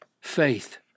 faith